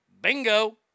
Bingo